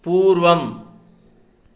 पूर्वम्